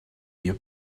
you